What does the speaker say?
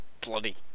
bloody